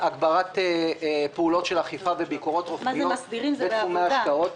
הגברת פעולות אכיפה וביקורות רוחביות בתחומי ההשקעות.